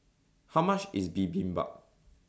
How much IS Bibimbap